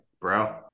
bro